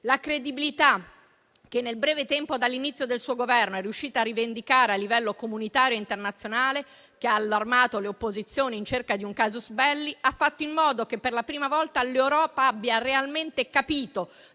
La credibilità che, nel breve tempo, dall'inizio del suo Governo, è riuscita a rivendicare a livello comunitario e internazionale, che ha allarmato le opposizioni in cerca di un *casus belli*, ha fatto in modo che, per la prima volta, l'Europa abbia realmente capito,